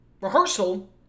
rehearsal